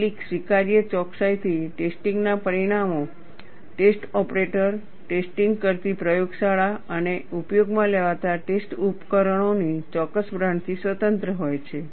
કેટલીક સ્વીકાર્ય ચોકસાઇ થી ટેસ્ટિંગ ના પરિણામો ટેસ્ટ ઓપરેટર ટેસ્ટિંગ કરતી પ્રયોગશાળા અને ઉપયોગમાં લેવાતા ટેસ્ટ ઉપકરણો ની ચોક્કસ બ્રાન્ડથી સ્વતંત્ર હોય છે